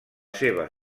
seva